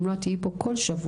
אם לא, את תהיי פה כל שבוע.